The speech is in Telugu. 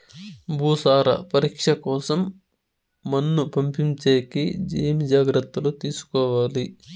భూసార పరీక్ష కోసం మన్ను పంపించేకి ఏమి జాగ్రత్తలు తీసుకోవాలి?